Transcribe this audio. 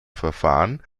verfahren